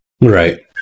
Right